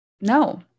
no